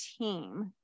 team